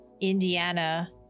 Indiana